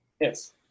Yes